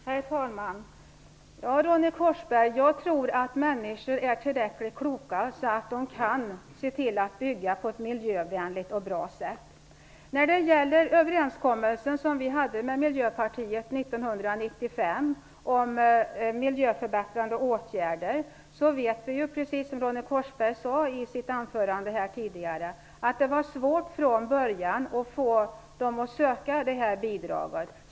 Herr talman! Ja, Ronny Korsberg, jag tror att människor är tillräckligt kloka för att kunna se till att bygga på ett miljövänligt och bra sätt. När det gäller den överenskommelse som vi hade med Miljöpartiet 1995 om miljöförbättrande åtgärder vet vi, precis som Ronny Korsberg sade i sitt anförande tidigare, att det var svårt från början att få människor att söka detta bidrag.